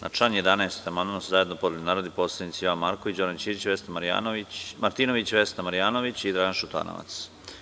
Na član 11. amandman su zajedno podneli narodni poslanici Jovan Marković, Goran Ćirić, Vesna Martinović, Vesna Marjanović i Dragan Šutanovac.